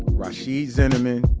rhashiyd zinnamon,